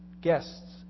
guests